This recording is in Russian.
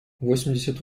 восемьдесят